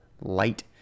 light